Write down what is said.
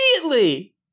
immediately